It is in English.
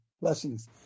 Blessings